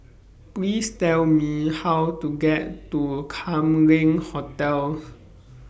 Please Tell Me How to get to Kam Leng Hotel